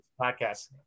podcast